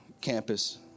campus